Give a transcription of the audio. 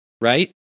right